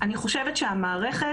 אני חושבת שלמערכת,